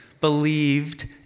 believed